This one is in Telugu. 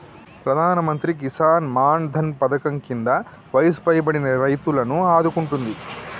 ప్రధానమంత్రి కిసాన్ మాన్ ధన్ పధకం కింద వయసు పైబడిన రైతులను ఆదుకుంటుంది